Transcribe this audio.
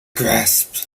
grasp